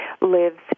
lives